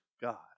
God